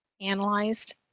analyzed